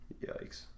Yikes